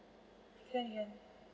can can